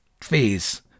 phase